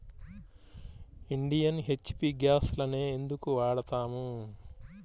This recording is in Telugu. ఇండియన్, హెచ్.పీ గ్యాస్లనే ఎందుకు వాడతాము?